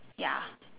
ya